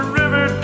river